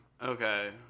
Okay